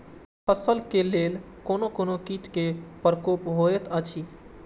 फसल के लेल कोन कोन किट के प्रकोप होयत अछि?